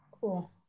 Cool